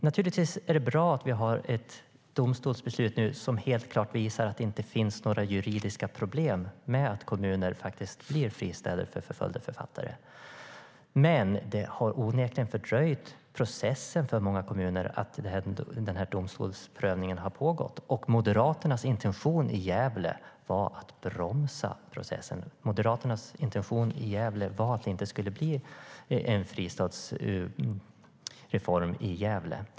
Naturligtvis är det bra att det finns ett domstolsbeslut som helt klart visar att det inte finns några juridiska hinder för att kommuner ger en fristad åt förföljda författare. Men domstolsprövningen har onekligen fördröjt processen i många kommuner. Moderaternas intention i Gävle var att bromsa, att det inte skulle blir någon fristadsreform där.